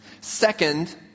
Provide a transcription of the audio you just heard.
Second